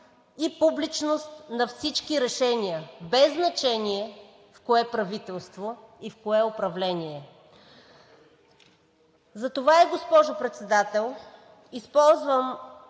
и публичност на всички решения без значение в кое правителство и в кое управление. Госпожо Председател, използвам